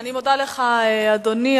אני מודה לך, אדוני.